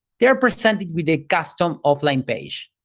they are presented with a custom offline page,